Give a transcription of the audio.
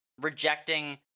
rejecting